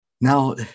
Now